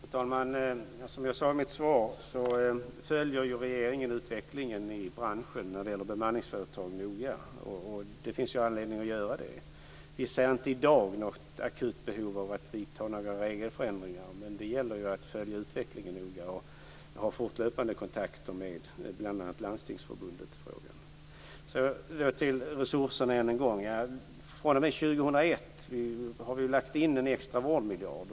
Fru talman! Som jag sade i mitt svar följer regeringen noga utvecklingen när det gäller bemanningsföretagen. Det finns anledning att göra det. I dag ser vi inte något akut behov av att vidta några regelförändringar, men det gäller att följa utvecklingen noga och ha fortlöpande kontakter med bl.a. Landstingsförbundet i frågan. Låt mig än en gång ta upp resurserna. fr.o.m. år 2001 har vi lagt in en extra vårdmiljard.